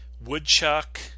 woodchuck